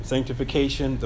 Sanctification